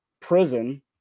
prison